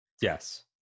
Yes